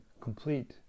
complete